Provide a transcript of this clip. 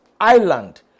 island